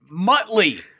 Muttley